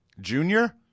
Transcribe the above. Junior